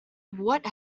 what